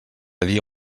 dia